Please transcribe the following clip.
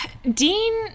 dean